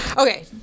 Okay